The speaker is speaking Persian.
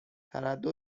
تردد